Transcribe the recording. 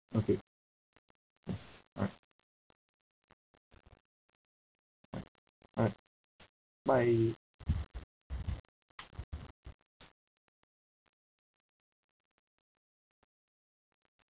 okay yes alright right alright bye